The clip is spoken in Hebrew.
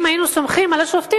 אם היינו סומכים על השופטים,